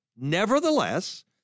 Nevertheless